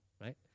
right